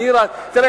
בדמוקרטיה מותר להגיד,